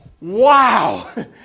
wow